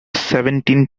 seventeen